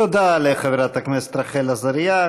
תודה לחברת הכנסת רחל עזריה.